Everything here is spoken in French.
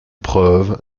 preuve